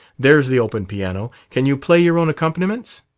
there's the open piano. can you play your own accompaniments?